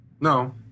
No